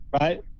right